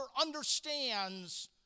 understands